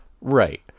right